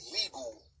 illegal